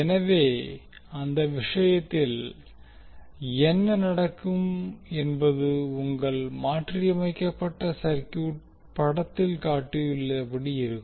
எனவே அந்த விஷயத்தில் என்ன நடக்கும் என்பது உங்கள் மாற்றியமைக்கப்பட்ட சர்க்யூட் படத்தில் காட்டப்பட்டுள்ளபடி இருக்கும்